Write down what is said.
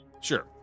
Sure